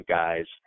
guys